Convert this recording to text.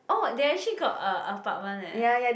oh they actually got a apartment leh